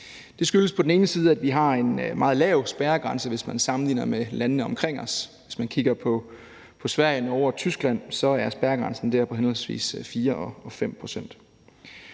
Det skyldes på den ene side, at vi har en meget lav spærregrænse, hvis man sammenligner med landene omkring os – hvis man kigger på Sverige, Norge og Tyskland, er spærregrænsen der på henholdsvis 4 og 5 pct.